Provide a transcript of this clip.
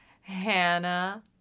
Hannah